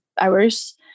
hours